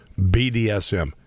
BDSM